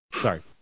sorry